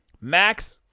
Max